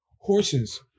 horses